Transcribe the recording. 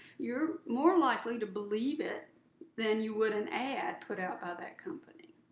you're more likely to believe it than you would an ad put out by that company.